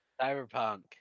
Cyberpunk